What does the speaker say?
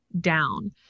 down